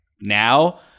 Now